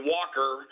Walker